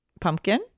Pumpkin